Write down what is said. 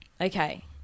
Okay